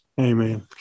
Amen